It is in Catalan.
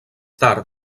tard